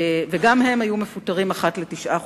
והם היו מפוטרים אחת לתשעה חודשים,